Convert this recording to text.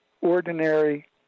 ordinary